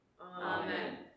Amen